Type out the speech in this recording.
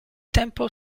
tempo